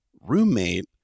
roommate